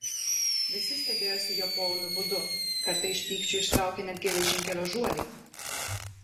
visi stebėjosi jo poūmiu būdu kartą iš pykčio ištraukė net geležinkelio žuolį